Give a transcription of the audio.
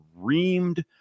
reamed